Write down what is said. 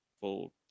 full